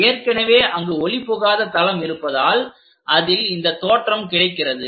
ஏற்கனவே அங்கு ஒளி புகாத தளம் இருப்பதால் அதில் இந்த தோற்றம் கிடைக்கிறது